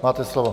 Máte slovo.